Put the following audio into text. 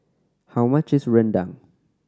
how much is rendang